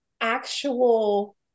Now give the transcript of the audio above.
actual